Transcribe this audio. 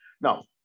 Now